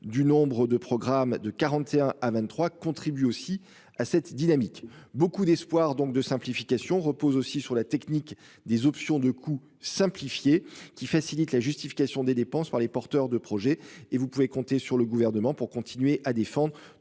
du nombre de programmes, de 41 à 23, contribuent aussi à cette dynamique beaucoup d'espoir donc de simplification repose aussi sur la technique des options de coûts simplifié qui facilite la justification des dépenses par les porteurs de projets et vous pouvez compter sur le gouvernement pour continuer à défendre